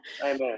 Amen